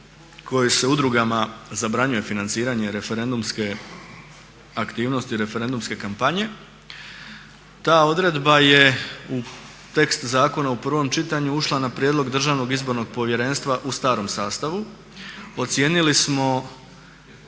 koja se udrugama zabranjuje financiranje referendumske aktivnosti, referendumske kampanje. Ta odredba je u tekstu zakona u provom čitanju ušla na prijedlog Državnog izbornog povjerenstva u samom sastavu. Ocijenili smo